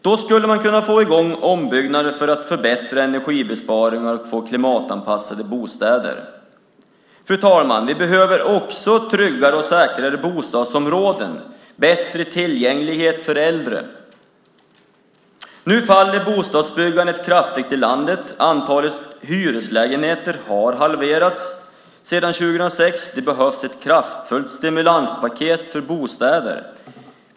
Då skulle man kunna få i gång ombyggnader för att förbättra energibesparingar och få klimatanpassade bostäder. Fru talman! Vi behöver också tryggare och säkrare bostadsområden och bättre tillgänglighet för äldre. Nu faller bostadsbyggandet kraftigt i landet. Antalet hyreslägenheter har halverats sedan 2006. Det behövs ett kraftfullt stimulanspaket för bostäder.